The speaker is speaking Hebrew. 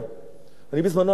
בזמנו עמדתי על זה,